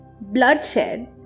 Bloodshed